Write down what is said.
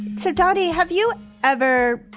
so daddy have you ever.